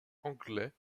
anglais